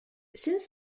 since